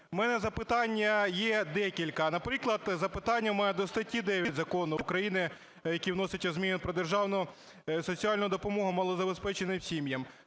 В мене запитань є декілька. Наприклад, запитання в мене до статті 9 Закону України, в який вносяться зміни, "Про державну соціальну допомогу малозабезпеченим сім'ям".